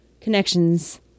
connections